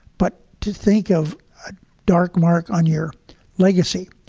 but to think of a dark mark on your legacy,